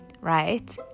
right